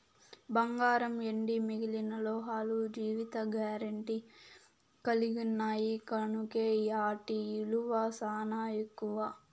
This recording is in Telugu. బంగారం, ఎండి మిగిలిన లోహాలు జీవిత గారెంటీ కలిగిన్నాయి కనుకే ఆటి ఇలువ సానా ఎక్కువ